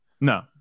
no